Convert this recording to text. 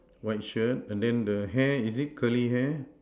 white shirt and then the hair is it curly hair